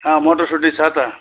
अँ मटरसुटी छ त